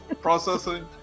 Processing